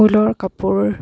ঊলৰ কাপোৰ